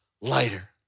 lighter